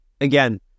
again